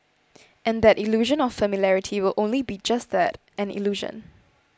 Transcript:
and that illusion of familiarity will only be just that an illusion